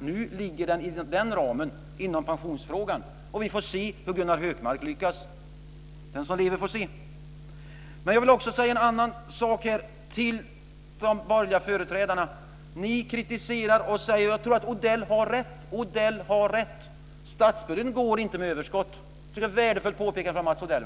Nu ligger den inom ramen för pensionsfrågan. Vi får se hur Gunnar Hökmark lyckas. Den som lever får se. Men jag vill också säga en annan sak till de borgerliga företrädarna. Ni kritiserar oss och säger att ni tror att Odell har rätt. Statsbudgeten går inte med överskott. Det är ett värdefullt påpekande av Mats Odell.